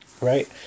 right